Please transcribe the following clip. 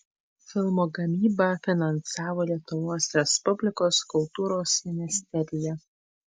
filmo gamybą finansavo lietuvos respublikos kultūros ministerija